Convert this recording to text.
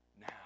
Now